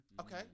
Okay